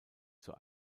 zur